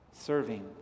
serving